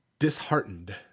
disheartened